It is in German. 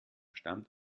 stammt